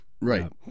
Right